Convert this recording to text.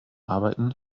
arbeiten